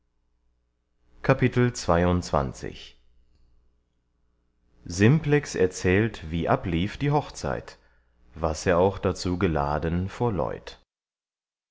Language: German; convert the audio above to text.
simplex erzählt wie ablief die hochzeit was er darzu auch geladen vor leut